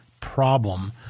problem